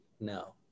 no